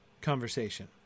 conversation